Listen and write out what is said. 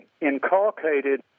inculcated